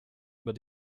über